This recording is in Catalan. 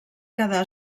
quedar